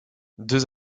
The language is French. deux